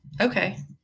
Okay